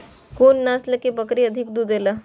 कुन नस्ल के बकरी अधिक दूध देला?